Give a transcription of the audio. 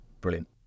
brilliant